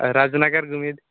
ᱨᱟᱜᱽᱱᱚᱜᱚᱨ ᱜᱚᱢᱤᱛ